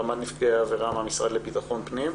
רמ"ד נפגעי עבירה מהמשרד לביטחון פנים,